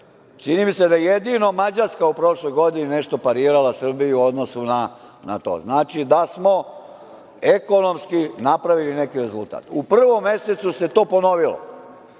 Čini mi se da jedino Mađarska u prošloj godini nešto parirala Srbiji u odnosu na to. Znači da smo ekonomski napravili neki rezultat. U prvom mesecu se to ponovilo.